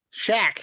Shaq